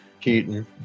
Keaton